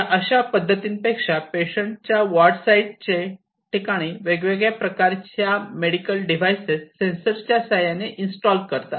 या अशा पद्धतीपेक्षा पेशंट च्या वार्ड साईट चे ठिकाणी वेगवेगळ्या प्रकारच्या मेडिकल डिव्हाइसेस सेन्सर च्या साह्याने इन्स्टॉल करता येतात